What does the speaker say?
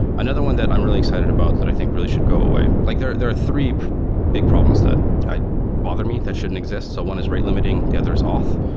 another one that i'm really excited about that i think really should go away, like there there are three big problems that bother me that shouldn't exist. so one is rate limiting. the other is auth.